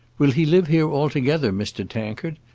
will he live here altogether, mr. tankard?